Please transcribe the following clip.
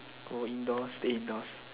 go indoors stay indoors